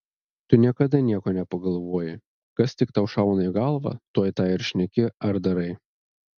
tu niekada nieko nepagalvoji kas tik tau šauna į galvą tuoj tą ir šneki ar darai